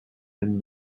tin